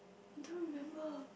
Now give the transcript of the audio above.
I don't remember